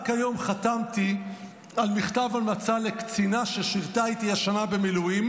רק היום חתמתי על מכתב המלצה לקצינה ששירתה איתי השנה במילואים,